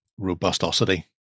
Robustosity